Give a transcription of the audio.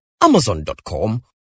amazon.com